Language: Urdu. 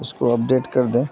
اس کو اپڈیٹ کر دیں